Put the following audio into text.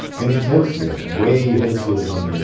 and it's healthier. way healthier than,